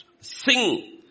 Sing